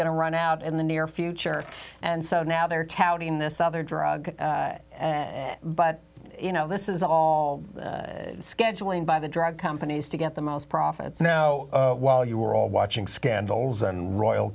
going to run out in the near future and so now they're touting this other drug but you know this is all scheduling by the drug companies to get the most profits know while you were all watching scandals and royal